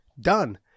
Done